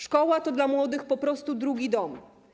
Szkoła to dla młodych po prostu drugi dom.